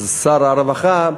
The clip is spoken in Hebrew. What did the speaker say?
שר הרווחה,